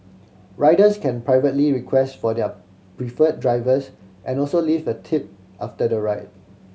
riders can privately request for their preferred drivers and also leave a tip after the ride